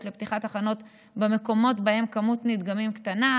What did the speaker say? בפתיחת תחנות במקומות שבהם מספר הנדגמים קטן,